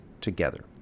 together